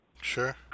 Sure